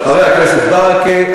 חבר הכנסת ברכה,